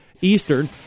Eastern